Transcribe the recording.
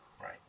Right